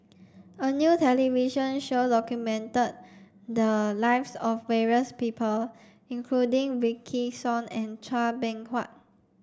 a new television show documented the lives of various people including Wykidd Song and Chua Beng Huat